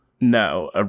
No